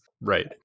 right